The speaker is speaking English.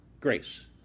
grace